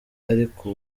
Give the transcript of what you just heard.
ariko